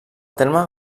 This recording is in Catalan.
terme